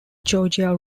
georgia